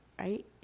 Right